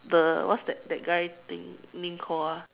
the what's that the guy thing name called ah